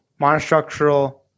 Monostructural